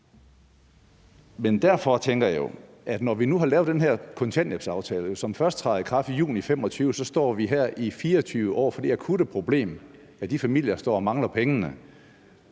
med. Derfor tænker jeg jo, at når vi nu har lavet den her kontanthjælpsaftale, som først træder i kraft i juni 2025, så står vi her i 2024 over for det akutte problem, at de familier står og mangler pengene.